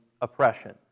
oppression